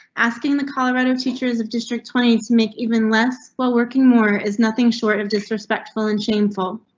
asking the cala rado teachers of district twenty to make even less while working more is nothing short of disrespectful and shameful.